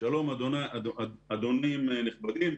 שלום אדונים נכבדים,